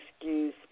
excuse